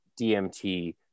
DMT